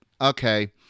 okay